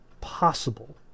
possible